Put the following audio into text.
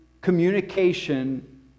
communication